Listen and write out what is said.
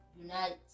unite